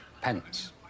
pence